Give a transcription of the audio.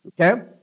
Okay